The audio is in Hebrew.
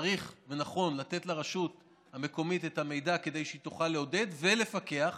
צריך ונכון לתת לרשות המקומית את המידע כדי שהיא תוכל לעודד ולפקח